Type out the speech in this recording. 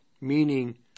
Meaning